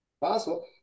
Possible